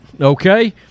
Okay